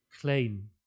claim